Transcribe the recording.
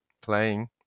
playing